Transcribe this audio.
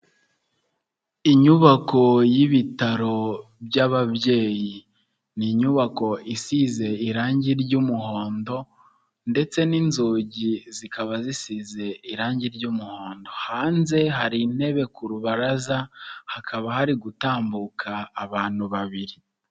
Inyubako y'ibitaro by'ababyeyi. Ni inyubako isize irange ry'umuhondo, ndetse n'inzugi zikaba zisize irange ry'umuhondo. Hanze hari intebe ku rubaraza, hakaba hari gutambuka abantu babiri.